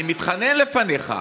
אני מתחנן לפניך: